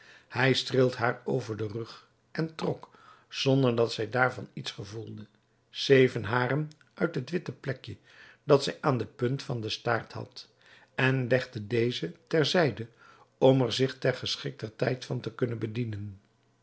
hij streelt haar over den rug en trok zonder dat zij daarvan iets gevoelde zeven haren uit het witte plekje dat zij aan de punt van den staart had en legde deze ter zijde om er zich ter geschikter tijd van te kunnen bedienen